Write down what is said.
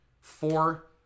four